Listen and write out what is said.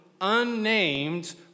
unnamed